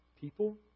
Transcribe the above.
people